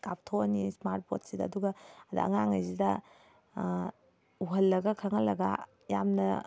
ꯀꯥꯞꯊꯣꯛꯑꯅꯤ smart ꯕꯣꯔꯗꯁꯤꯗ ꯑꯗꯨꯒ ꯑꯗꯨꯗ ꯑꯉꯥꯡꯉꯩꯁꯤꯗ ꯎꯍꯜꯂꯒ ꯈꯪꯍꯜꯂꯒ ꯌꯥꯝꯅ